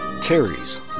Terry's